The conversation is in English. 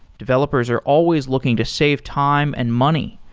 developers are always looking to save time and money,